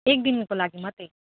एक दिनको लागि मात्रै